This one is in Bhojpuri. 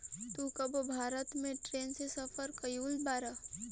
तू कबो भारत में ट्रैन से सफर कयिउल बाड़